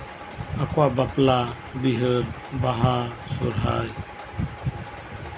ᱟᱠᱚᱣᱟᱜ ᱵᱟᱯᱞᱟᱼᱵᱤᱦᱟᱹ ᱵᱟᱦᱟ ᱥᱚᱨᱦᱟᱭ